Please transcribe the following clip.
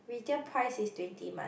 retail price is twenty month